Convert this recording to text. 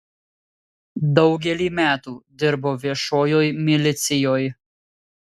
daugelį metų dirbo viešojoj milicijoj